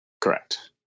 Correct